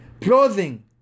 Clothing